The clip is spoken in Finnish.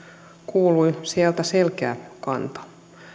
kuului sieltä selkeä kanta